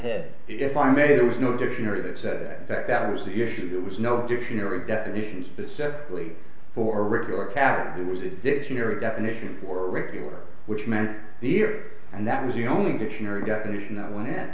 head if i may there was no dictionary that said that that was the issue there was no dictionary definitions that plea for regular cat was a dictionary definition for regular which meant the and that was the only dictionary definition that went